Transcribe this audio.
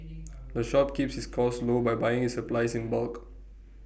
the shop keeps its costs low by buying its supplies in bulk